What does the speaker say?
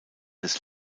des